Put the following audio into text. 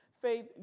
Faith